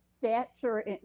stature